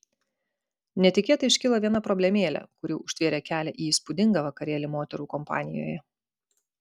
netikėtai iškilo viena problemėlė kuri užtvėrė kelią į įspūdingą vakarėlį moterų kompanijoje